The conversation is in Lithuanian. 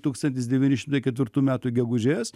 tūkstantis devyni šimtai ketvirtų metų gegužės